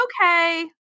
okay